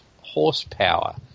horsepower